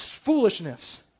Foolishness